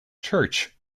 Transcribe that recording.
church